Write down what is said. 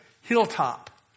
hilltop